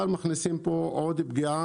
וככה יעזרו לאותה אלמנה,